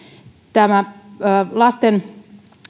tämä lasten